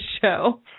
show